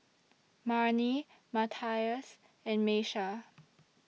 Marni Matias and Miesha